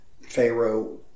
Pharaoh